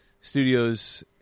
studios